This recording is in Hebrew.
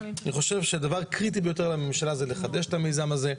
אני חושב שהדבר הקריטי ביותר לממשלה זה לחדש את המיזם הזה.